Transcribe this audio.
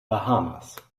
bahamas